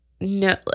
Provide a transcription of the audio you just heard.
no